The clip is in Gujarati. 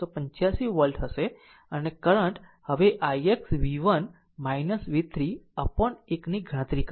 285 વોલ્ટ હશે અને કરંટ હવે ix v1 v3 upon 1 ની ગણતરી કરશે